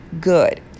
good